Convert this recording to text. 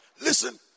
listen